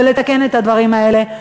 ולתקן את הדברים האלה,